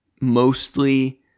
mostly